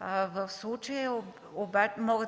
В случая мога